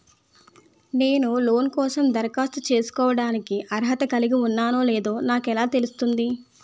నేను లోన్ కోసం దరఖాస్తు చేసుకోవడానికి అర్హత కలిగి ఉన్నానో లేదో నాకు ఎలా తెలుస్తుంది?